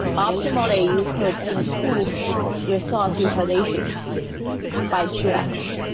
optimally, you could improve results utilization by two x.